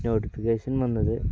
notification വന്നത്